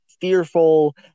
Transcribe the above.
fearful